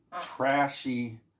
trashy